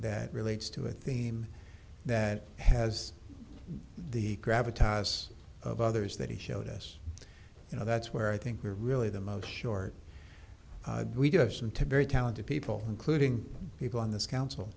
that relates to a theme that has the gravitas of others that he showed us you know that's where i think we're really the most short we do have some to very talented people including people on this coun